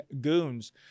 goons